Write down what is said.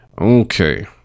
Okay